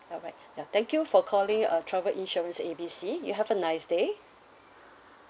alright ya thank you for calling uh travel insurance A B C you have a nice day